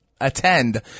attend